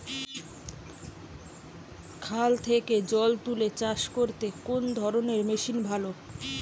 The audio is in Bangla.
খাল থেকে জল তুলে চাষ করতে কোন ধরনের মেশিন ভালো?